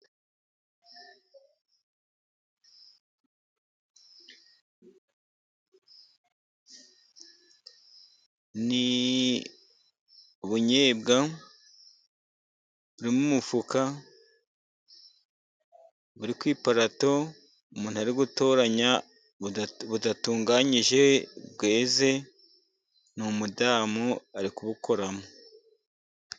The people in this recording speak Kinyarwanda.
Ni ubunyobwa buri mu mufuka buri ku iparato, umuntu ari gutoranya budatunganyije bweze, ni umudamu ari kubukoramo.